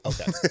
Okay